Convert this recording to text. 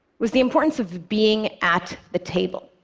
was the importance of being at the table.